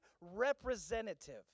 representative